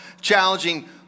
challenging